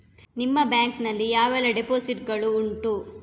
ನಿಮ್ಮ ಬ್ಯಾಂಕ್ ನಲ್ಲಿ ಯಾವೆಲ್ಲ ಡೆಪೋಸಿಟ್ ಗಳು ಉಂಟು?